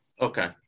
Okay